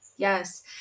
Yes